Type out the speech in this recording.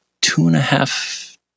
two-and-a-half